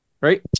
right